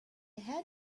had